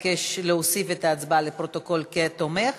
ביקש להוסיף את ההצבעה לפרוטוקול כתומך,